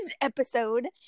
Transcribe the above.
episode